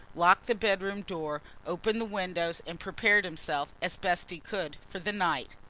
locked the bedroom door, opened the windows and prepared himself, as best he could, for the night.